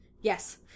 Yes